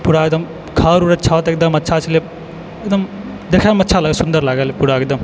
पूरा एकदम घर उर छत एकदम अच्छा छलै एकदम देखैमे अच्छा सुन्दर लागै छलै पूरा एकदम